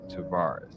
Tavares